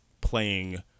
playing